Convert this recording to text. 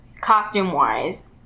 costume-wise